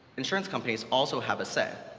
insurance companies also have a say.